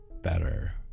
better